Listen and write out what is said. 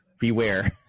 beware